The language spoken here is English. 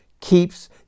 keeps